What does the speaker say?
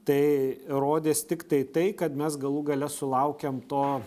tai įrodys tiktai tai kad mes galų gale sulaukėm to